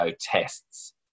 tests